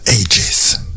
ages